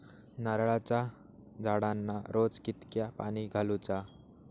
नारळाचा झाडांना रोज कितक्या पाणी घालुचा?